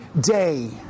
day